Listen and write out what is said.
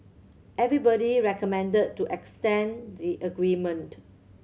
everybody recommended to extend the agreement